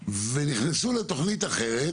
ונכנסו לתוכנית אחרת